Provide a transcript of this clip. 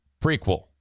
prequel